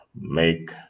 make